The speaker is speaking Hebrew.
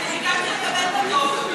אני ביקשתי לקבל את הדוח.